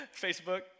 Facebook